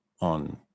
on